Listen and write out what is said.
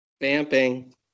Vamping